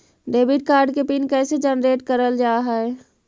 Debit card के PIN कैसे generate करल जाहै?